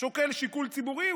שוקל שיקול ציבורי.